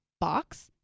box